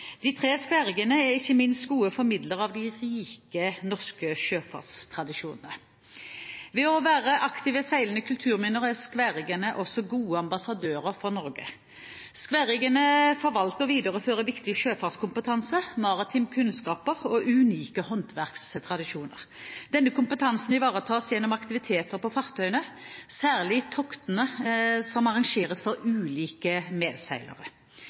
De tre skværriggerne er ikke minst gode formidlere av de rike norske sjøfartstradisjonene. Ved å være aktive seilende kulturminner er skværriggerne også gode ambassadører for Norge. Skværriggerne forvalter og viderefører viktig sjøfartskompetanse, maritime kunnskaper og unike håndverkstradisjoner. Denne kompetansen ivaretas gjennom aktiviteter på fartøyene, særlig toktene som arrangeres for ulike grupper medseilere.